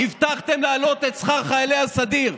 הבטחתם להעלות את שכר חיילי הסדיר.